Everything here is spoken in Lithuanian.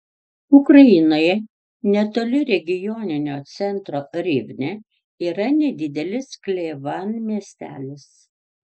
ukrainoje netoli regioninio centro rivne yra nedidelis klevan miestelis